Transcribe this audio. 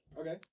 Okay